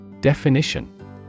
Definition